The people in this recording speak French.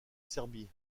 serbie